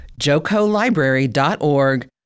jocolibrary.org